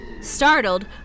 Startled